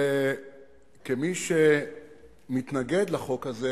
וכמי שמתנגד לחוק הזה,